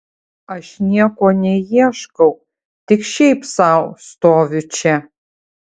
aš nieko neieškau tik šiaip sau stoviu čia